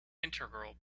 integral